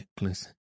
Necklace